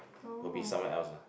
will be someone else ah